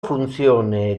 funzione